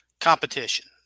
Competition